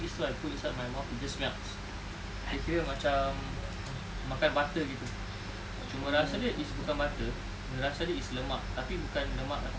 lah put inside my mouth it just melts dia kira macam makan butter gitu cuma rasa dia is bukan butter rasa dia is lemak tapi bukan lemak macam